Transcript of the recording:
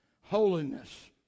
Holiness